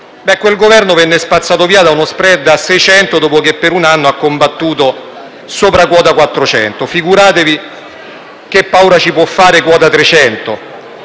quel Governo venne spazzato via da uno *spread* a 600, dopo che per un anno ha combattuto con valori sopra quota 400: figuratevi che paura ci può fare quota 300!